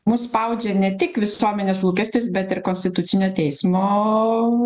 mus spaudžia ne tik visuomenės lūkestis bet ir konstitucinio teismo